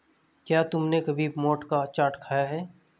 क्या तुमने कभी मोठ का चाट खाया है?